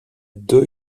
deux